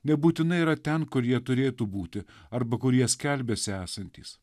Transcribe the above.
nebūtinai yra ten kur jie turėtų būti arba kur jie skelbiasi esantys